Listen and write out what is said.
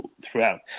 throughout